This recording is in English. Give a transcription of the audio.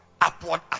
upward